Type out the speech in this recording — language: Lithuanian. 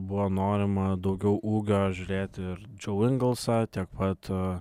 buvo norima daugiau ūgio žiūrėti ir džiau ingelsą tiek pat